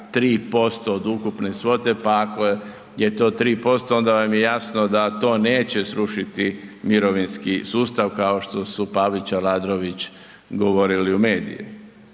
3% od ukupne svote pa ako je to 3% onda vam je jasno da to neće srušiti mirovinski sustav kao što su Pavić, Aladrović govorili u medije.